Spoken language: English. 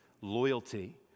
loyalty